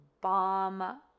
bomb